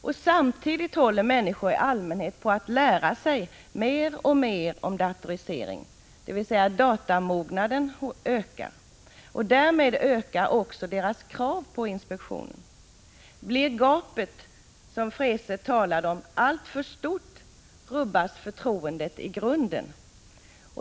Men samtidigt håller människor i allmänhet på att lära sig mer och mer om datorisering, dvs. datamognaden ökar, och därmed ökar också kraven på datainspektionen. Blir det gap som Freese talade om alltför stort, rubbas förtroendet i grunden.